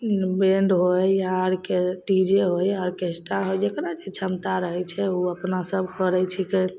ओहिमे बैण्ड होइ आरके डी जे होइ ऑर्केस्टा होइ जकरा जे क्षमता रहै छै ओ अपनासब करै छिकै